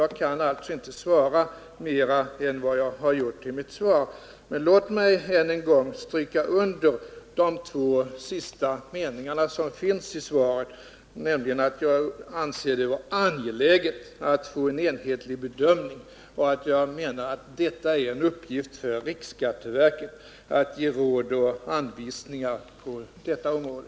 Jag kan alltså inte svara på annat sätt än vad jag har gjort, men låt mig än en gång stryka under de två sista meningarna i svaret, nämligen att jag anser det vara angeläget att man får en enhetlig bedömning och att jag menar att det är en uppgift för riksskatteverket att ge råd och anvisningar på detta område.